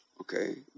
Okay